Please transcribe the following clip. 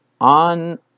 On